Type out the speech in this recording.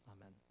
Amen